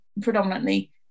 predominantly